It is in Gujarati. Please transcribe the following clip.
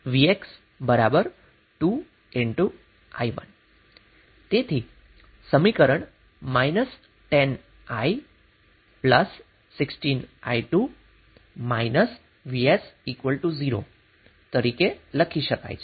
vx 2i1 તેથી સમીકરણ −10i 16i2 vs 0 તરીકે લખી શકાય છે